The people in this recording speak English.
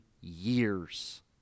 years